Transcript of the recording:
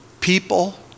people